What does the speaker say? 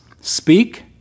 speak